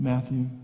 Matthew